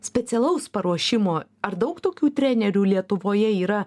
specialaus paruošimo ar daug tokių trenerių lietuvoje yra